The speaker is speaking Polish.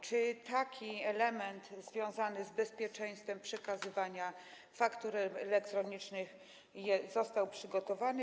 Czy taki element związany z bezpieczeństwem przekazywania faktur elektronicznych został przygotowany?